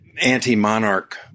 anti-monarch